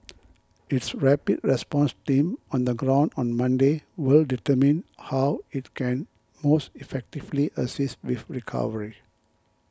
its rapid response team on the ground on Monday will determine how it can most effectively assist with recovery